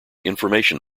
information